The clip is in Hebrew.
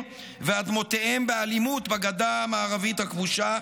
ומאדמותיהם באלימות בגדה המערבית הכבושה,